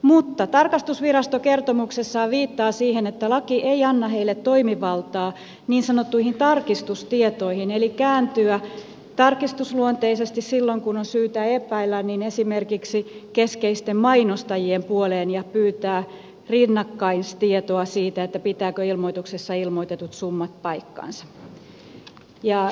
mutta tarkastusvirasto kertomuksessaan viittaa siihen että laki ei anna heille toimivaltaa niin sanottuihin tarkistustietoihin eli kääntyä tarkistusluonteisesti silloin kun on syytä epäillä esimerkiksi keskeisten mainostajien puoleen ja pyytää rinnakkaistietoa siitä pitävätkö ilmoituksessa ilmoitetut summat paikkansa